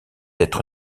être